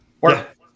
work